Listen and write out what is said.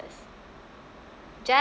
just